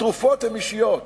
התרופות הן אישיות.